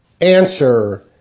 Answer